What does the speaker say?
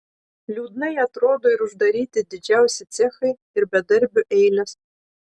liūdnai atrodo ir uždaryti didžiausi cechai ir bedarbių eilės